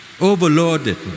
overloaded